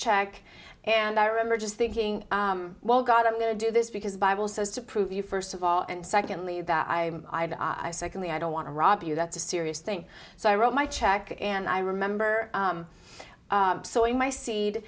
check and i remember just thinking well god i'm going to do this because the bible says to prove you first of all and secondly that i'm i second the i don't want to rob you that's a serious thing so i wrote my check and i remember so in my seed